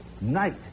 night